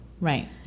Right